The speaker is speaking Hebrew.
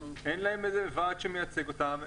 אין להם ועד שמייצג אותם,